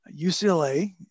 UCLA